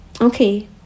Okay